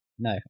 No